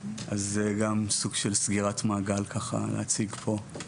אז זו גם סוג של סגירת מעגל להציג פה.